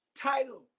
title